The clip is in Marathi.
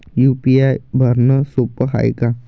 यू.पी.आय भरनं सोप हाय का?